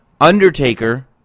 Undertaker